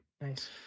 Nice